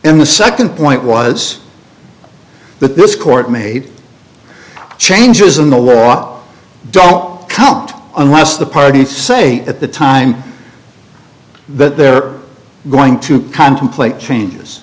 in the second point was that this court made changes in the law don't count unless the parties say at the time but there are going to contemplate changes